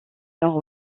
nord